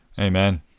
Amen